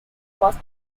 was